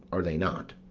are they not.